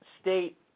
state